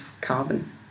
carbon